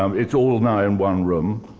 um it's all now in one room.